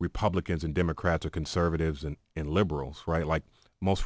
republicans and democrats or conservatives and liberals right like most